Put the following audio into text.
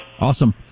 Awesome